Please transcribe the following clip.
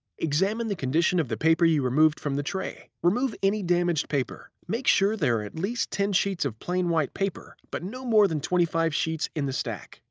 examine the condition of the paper you removed from the paper tray. remove any damaged paper. make sure there are at least ten sheets of plain white paper, but no more than twenty five sheets in the stack.